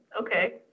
Okay